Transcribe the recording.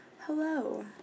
Hello